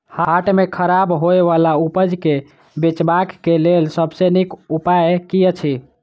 हाट मे खराब होय बला उपज केँ बेचबाक क लेल सबसँ नीक उपाय की अछि?